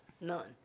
None